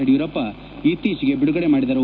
ಯಡಿಯೂರಪ್ಪ ಇತ್ತೀಚೆಗೆ ಬಿಡುಗಡೆ ಮಾಡಿದರು